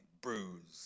bruised